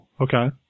okay